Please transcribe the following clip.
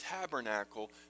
tabernacle